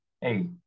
hey